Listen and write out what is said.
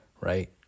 right